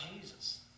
Jesus